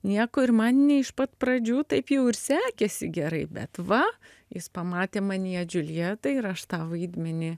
nieko ir man ne iš pat pradžių taip jau ir sekėsi gerai bet va jis pamatė manyje džiuljetą ir aš tą vaidmenį